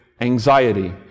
anxiety